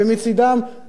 לא צוחקים,